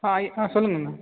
ஆ ஐ ஆ சொல்லுங்கள் அண்ணா